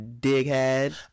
dighead